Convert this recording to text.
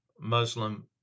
Muslim